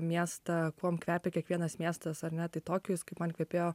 miestą kuom kvepia kiekvienas miestas ar ne tai tokijus kaip man kvepėjo